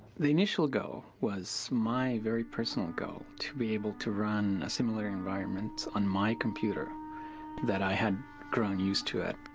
the initial goal was my very personal goal to be able to run a similar environment on my computer that i had grown used to at,